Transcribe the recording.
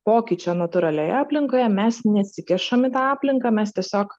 pokyčio natūralioje aplinkoje mes nesikišam į tą aplinką mes tiesiog